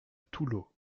toulaud